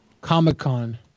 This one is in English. Comic-Con